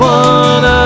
one